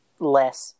less